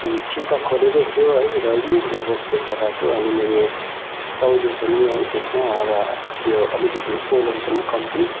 सिल त खोलेकै थियो है र युज भएकोजस्तो प्रकारको अनि मैले तौलिएँ पनि है त्यसमा र त्यो अलिकति ओजन पनि कम्ती